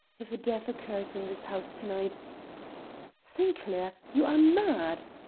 if a death occurs in this house to-night sinclair, you are mad!